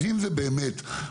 אז אם זה באמת משהו,